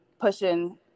pushing